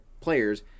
players